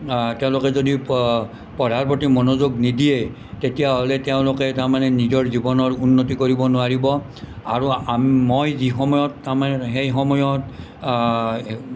তেওঁলোকে যদি পঢ়াৰ প্ৰতি মনোযোগ নিদিয়ে তেতিয়া হ'লে তেঁওলোকে তাৰমানে নিজৰ জীৱনৰ উন্নতি কৰিব নোৱাৰিব আৰু মই যি সময়ত তাৰমানে সেই সময়ত